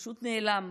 פשוט נעלם.